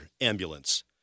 ambulance